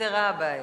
נפתרה הבעיה.